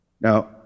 now